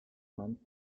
land